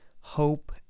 hope